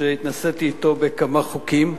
שהתנסיתי אתו בכמה חוקים,